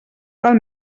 val